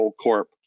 corp